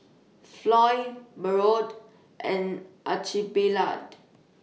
Floy Bode and Archibald